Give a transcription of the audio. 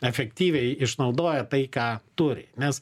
efektyviai išnaudoja tai ką turi nes